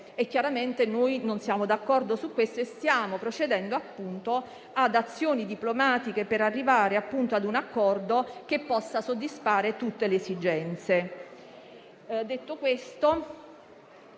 Chiaramente non siamo d'accordo su questo e stiamo procedendo ad azioni diplomatiche per arrivare a un accordo che possa soddisfare tutte le esigenze.